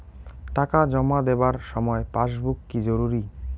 টাকা জমা দেবার সময় পাসবুক কি জরুরি?